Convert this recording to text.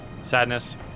sadness